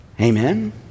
Amen